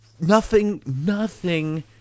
nothing—nothing